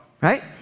Right